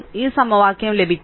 ഈ സമവാക്യം ലഭിക്കും